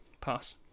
pass